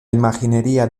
imaginería